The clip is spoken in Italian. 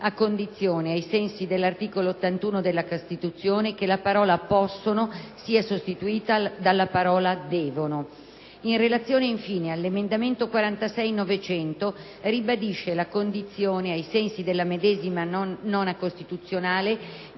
a condizione, ai sensi dell'articolo 81 della Costituzione, che la parola "possono" sia sostituita dalla parola "devono". In relazione infine all'emendamento 46.900, ribadisce la condizione, ai sensi della medesima norma costituzionale,